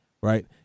right